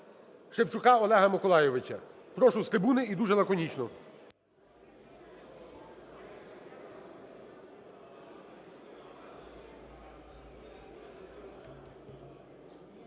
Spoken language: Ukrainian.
Шевчука Олега Миколайовича. Прошу з трибуни, і дуже лаконічно.